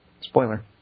Spoiler